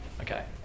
Okay